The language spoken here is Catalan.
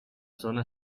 zona